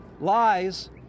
Lies